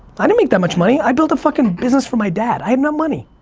i didn't make that much money, i built a fucking business for my dad, i have no money.